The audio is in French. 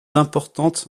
importantes